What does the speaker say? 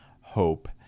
hope